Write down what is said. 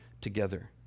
together